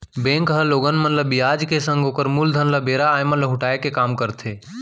bank ह लोगन मन ल बियाज के संग ओकर मूलधन ल बेरा आय म लहुटाय के काम करथे